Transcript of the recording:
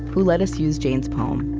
who let us use jane's poem.